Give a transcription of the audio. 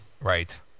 Right